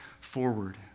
forward